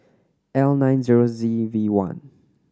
L nine zero Z V one